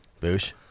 Boosh